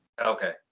Okay